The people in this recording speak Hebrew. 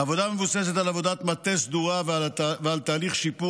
העבודה מבוססת על עבודת מטה סדורה ועל תהליך שיפור